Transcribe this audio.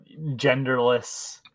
genderless